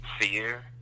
fear